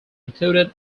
included